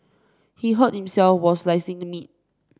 he hurt himself while slicing the meat